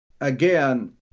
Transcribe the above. Again